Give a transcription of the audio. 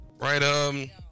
Right